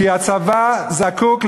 כי הצבא זקוק,